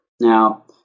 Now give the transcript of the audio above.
Now